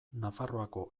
nafarroako